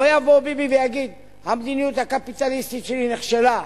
לא יבוא ביבי ויגיד: המדיניות הקפיטליסטית שלי נכשלה,